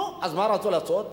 אז מה רצו לעשות,